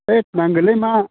होइथ नांगौलै मा